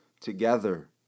together